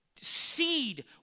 Seed